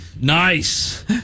Nice